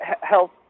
health